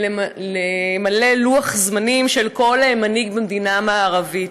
למלא לוח זמנים של כל מנהיג במדינה מערבית.